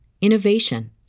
innovation